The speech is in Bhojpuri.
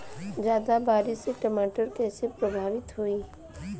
ज्यादा बारिस से टमाटर कइसे प्रभावित होयी?